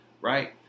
right